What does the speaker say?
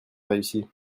réussi